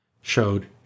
showed